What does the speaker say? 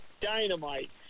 dynamite